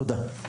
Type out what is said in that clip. תודה.